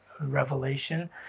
revelation